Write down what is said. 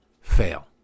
fail